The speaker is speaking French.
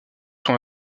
sont